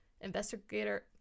Investigator